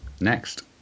Next